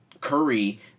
Curry